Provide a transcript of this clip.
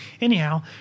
Anyhow